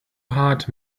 hart